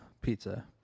pizza